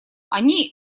они